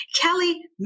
Kelly